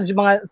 mga